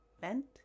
vent